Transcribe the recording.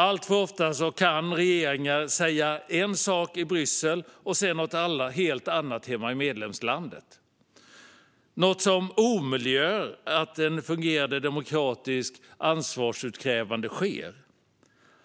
Alltför ofta kan regeringar säga en sak i Bryssel och sedan något helt annat hemma i medlemslandet. Detta omöjliggör att ett fungerande demokratiskt ansvarsutkrävande sker.